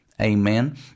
Amen